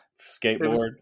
skateboard